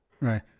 Right